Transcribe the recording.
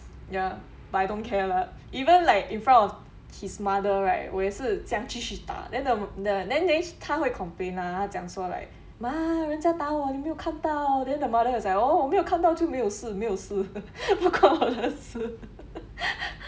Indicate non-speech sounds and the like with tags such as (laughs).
ya but I don't care lah even like in front of his mother right 我也是这样继续打 then the mother then 他会 complain mah 他讲说 like 妈人家打我你没有看到 then the mother was like oh 我没有看到就没有事没有事不关我的事 (laughs)